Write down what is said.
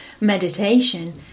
meditation